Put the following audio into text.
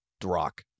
Drock